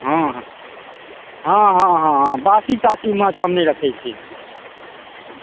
हँ हँ हँ हँ हँ बासी तासी माछ हम नहि रखै छी